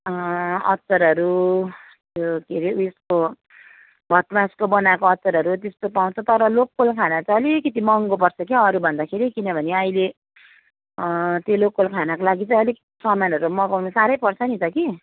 अचारहरू यो के अरे ऊ यस्तो भटमासको बनाएको अचारहरू त्यस्तो पाउँछ तर लोकल खाना चाहिँ अलिकति महँगो पर्छ क्या अरूभन्दाखेरि किनभने अहिले त्यो लोकल खानाको लागि चाहिँ अलिक सामानहरू मगाउनु चाहिँ साह्रै पर्छ नि त कि